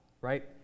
right